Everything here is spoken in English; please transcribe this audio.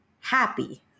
happy